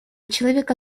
человека